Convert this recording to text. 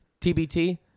TBT